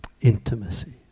intimacy